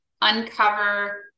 uncover